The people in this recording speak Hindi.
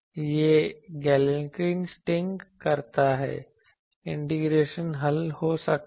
यह गैलेर्किन स्टिंग करता है इंटीग्रेशन हल हो सकता है